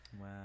wow